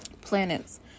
planets